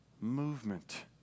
movement